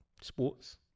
Sports